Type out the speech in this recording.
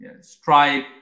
Stripe